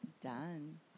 Done